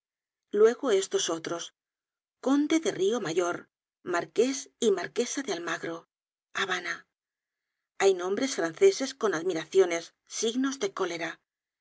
luego estos otros conde de rio mayor marqués y marquesa de almagro habana hay nombres franceses con admiraciones signos de cólera